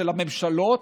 של הממשלות,